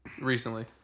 Recently